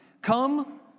come